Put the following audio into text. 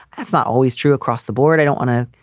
that's not always true across the board. i don't want to.